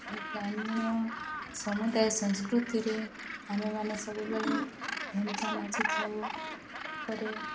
ଗ୍ରାମୀଣ ସମୁଦାୟ ସଂସ୍କୃତିରେ ଆମେମାନେ ସବୁବେଳେ ଢେମ୍ସା ନାଚିଥାଉ ତା'ପରେ